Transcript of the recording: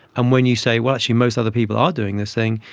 and when you say, well, actually most other people are doing this thing,